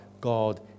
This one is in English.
God